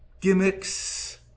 gimmicks